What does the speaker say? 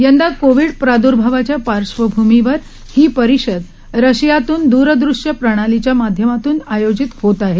यंदा कोविड प्राद्भावाच्या पार्श्वभूमीवर ही परिषद रशियातून द्रदृश्य प्रणालीच्या माध्यमातून आयोजित होत आहे